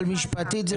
אבל משפטית זה בסדר?